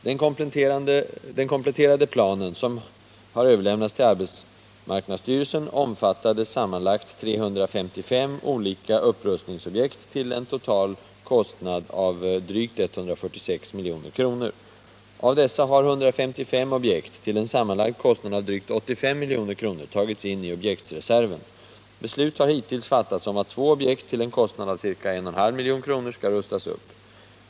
Den kompletterade planen som har överlämnats till arbetsmarknadsstyrelsen omfattade sammanlagt 355 olika upprustningsobjekt till en total kostnad av drygt 146 milj.kr. Av dessa har 155 objekt till en sammanlagd kostnad av drygt 85 milj.kr. tagits in i objektreserven. Beslut har hittills fattats om att 2 objekt till en kostnad av ca 1,5 milj.kr. skall rustas upp.